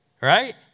Right